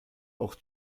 auch